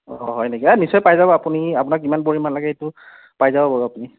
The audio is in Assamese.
অঁ অঁ হয় নেকি নিশ্চয় পাই যাব আপুনি আপোনাক কিমান পৰিমাণ লাগে সেইটো পাই যাব বাৰু আপুনি